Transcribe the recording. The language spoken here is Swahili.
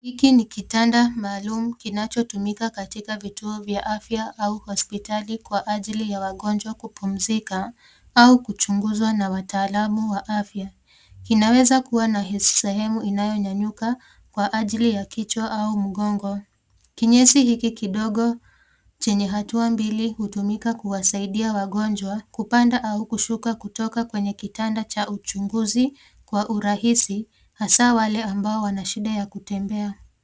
Hiki ni kitanda maalum kinachotumika katika vituo vya afya au hospitali kwa ajili ya wagonjwa kupumzika au kuchunguzwa na wataalamu wa afya. Kinaweza kuwa na sehemu inayonyunyuka kwa ajili ya kichwa au mgongo. Kinyesi hiki kidogo chenye hatua mbili hutumika kuwasaidia wagonjwa kupanda au kushuka kutoka kwenye kitanda cha uchunguzi kwa urahisi hasa wale ambao wana shida ya kutembea.